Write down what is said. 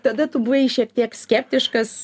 tada tu buvai šiek tiek skeptiškas